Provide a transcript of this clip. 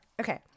Okay